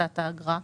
להפחתת האגרה,